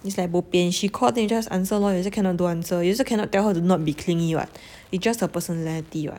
it's like bo pian she call then you just answer lor you also cannot don't answer you also cannot tell her to not be clingy [what] it's just her personality [what]